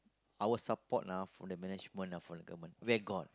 our support ah from the management ah from the government where got